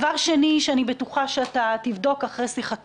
שלגביהם בטח תהיה בעיה כשאין תחבורה ציבורית,